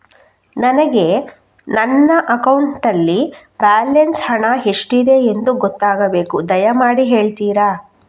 ನನಗೆ ನನ್ನ ಅಕೌಂಟಲ್ಲಿ ಬ್ಯಾಲೆನ್ಸ್ ಹಣ ಎಷ್ಟಿದೆ ಎಂದು ಗೊತ್ತಾಗಬೇಕು, ದಯಮಾಡಿ ಹೇಳ್ತಿರಾ?